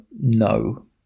no